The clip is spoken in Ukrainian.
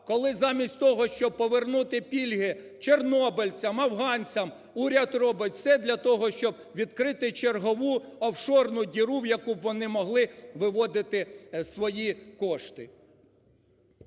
коли замість того, щоб повернути пільги чорнобильцям, афганцям, уряд робить все для того, щоб відкрити чергову офшорну діру, в яку б вони могли виводити свої кошти.